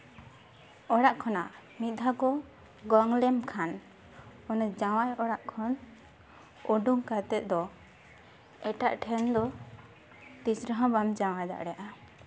ᱚᱲᱟᱜ ᱠᱷᱚᱱᱟᱜ ᱢᱤᱫ ᱫᱷᱟᱣ ᱠᱚ ᱜᱚᱝ ᱞᱮᱢᱠᱷᱟᱱ ᱚᱱᱟ ᱡᱟᱶᱟᱭ ᱚᱲᱟᱜ ᱠᱷᱚᱱ ᱩᱰᱩᱝ ᱠᱟᱛᱮ ᱫᱚ ᱮᱴᱟᱜ ᱴᱷᱮᱱ ᱫᱚ ᱛᱤᱥ ᱨᱮᱦᱚᱸ ᱵᱟᱢ ᱡᱟᱶᱟᱭ ᱫᱟᱲᱮᱭᱟᱜᱼᱟ